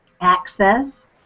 access